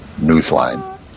Newsline